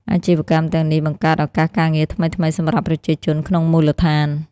អាជីវកម្មទាំងនេះបង្កើតឱកាសការងារថ្មីៗសម្រាប់ប្រជាជនក្នុងមូលដ្ឋាន។